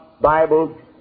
Bible